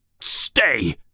Stay